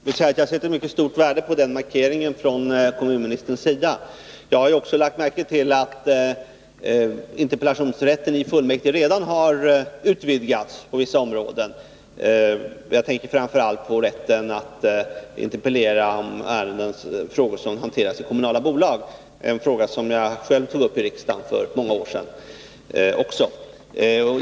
Herr talman! Jag sätter mycket stort värde på den markeringen från kommunministerns sida. Jag har också lagt märke till att interpellationsrätten i fullmäktige redan har utvidgats på vissa områden. Jag tänker framför allt på rätten att interpellera om ärenden som hanteras i kommunala bolag — en fråga som jag själv tog upp i riksdagen för många år sedan.